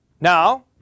Now